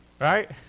right